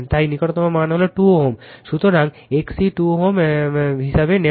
তাই নিকটতম মান হল 2 Ω সুতরাং XC 2 Ω হিসাবে নেওয়া হয়েছে